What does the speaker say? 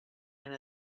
and